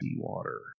water